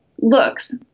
looks